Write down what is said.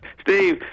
Steve